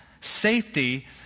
safety